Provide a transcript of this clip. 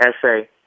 essay